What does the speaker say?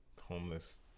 homeless